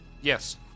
Yes